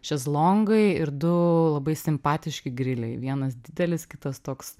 šezlongai ir du labai simpatiški griliai vienas didelis kitas toks